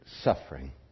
suffering